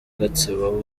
gatsibo